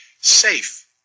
safe